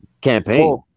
Campaign